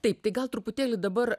taip tai gal truputėlį dabar